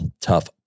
Tough